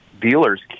dealers